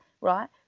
right